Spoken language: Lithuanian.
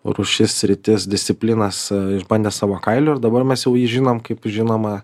rūšis sritis disciplinas išbandė savo kailiu ir dabar mes jau jį žinom kaip žinomą